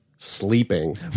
sleeping